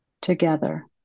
together